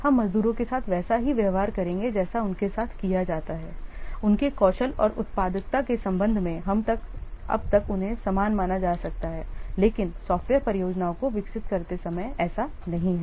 हम मजदूरों के साथ वैसा ही व्यवहार करेंगे जैसा उनके साथ किया जाता है उनके कौशल और उत्पादकता के संबंध में अब तक उन्हें समान माना जा सकता हैलेकिन सॉफ्टवेयर परियोजनाओं को विकसित करते समय ऐसा नहीं है